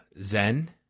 Zen